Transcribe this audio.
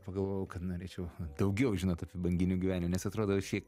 pagalvojau kad norėčiau daugiau žinot apie banginių gyvenimą nes atrodo šiek